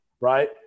Right